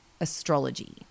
astrology